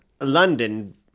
London